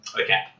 Okay